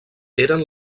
eren